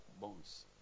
bones